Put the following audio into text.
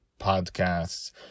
podcasts